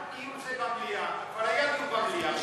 אם זה במליאה, כבר היה דיון במליאה.